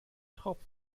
tropft